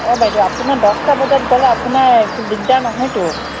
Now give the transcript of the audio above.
অঁ বাইদেউ আপোনাৰ দহটা বজাত গ'লে আপোনাৰ একো দিগদাৰ নহয়তো